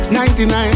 99